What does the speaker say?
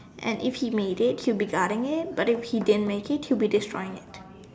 and if he made it he will be guarding it but if he didn't made it he will be destroying it